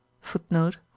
Footnote